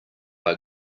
are